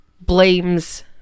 blames